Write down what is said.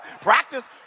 Practice